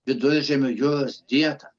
viduržemio jūros dieta